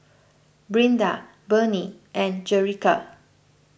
Brinda Bernie and Jerica